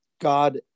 God